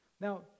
Now